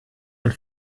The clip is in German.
und